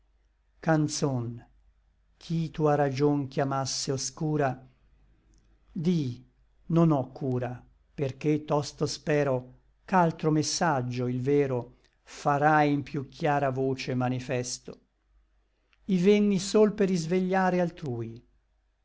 canzon chi tua ragion chiamasse obscura di non ò cura perché tosto spero ch'altro messaggio il vero farà in piú chiara voce manifesto i venni sol per isvegliare altrui